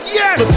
yes